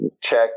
check